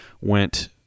went